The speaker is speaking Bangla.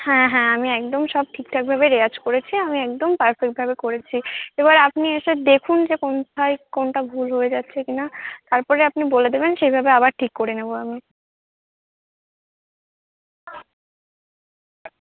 হ্যাঁ হ্যাঁ আমি একদম সব ঠিকঠাকভাবে রেওয়াজ করেছি আমি একদম পারফেক্টভাবে করেছি এবার আপনি এসে দেখুন যে কোন থায় কোনটা ভুল হয়ে যাচ্ছে কিনা তারপরে আপনি বলে দেবেন সেইভাবে আবার ঠিক করে নেবো আমি